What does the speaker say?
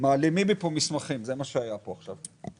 מעלימים מפה מסמכים, זה מה שהיה פה עכשיו.